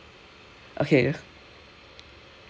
okay